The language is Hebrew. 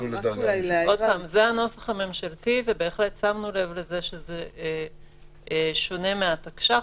זה הנוסח הממשלתי ובהחלט שמנו לב שזה שונה מהתקש"ח,